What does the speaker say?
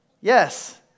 Yes